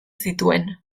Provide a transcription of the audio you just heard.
zituen